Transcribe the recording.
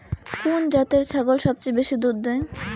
কুন জাতের ছাগল সবচেয়ে বেশি দুধ দেয়?